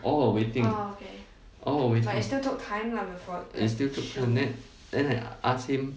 all are waiting all are waiting it still took time then I then I ask him